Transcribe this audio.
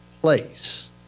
place